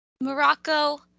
Morocco